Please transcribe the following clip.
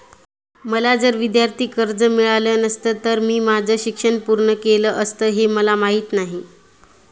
मला जर विद्यार्थी कर्ज मिळालं नसतं तर मी माझं शिक्षण पूर्ण कसं केलं असतं, हे मला माहीत नाही